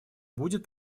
будет